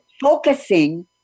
focusing